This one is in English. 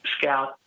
scout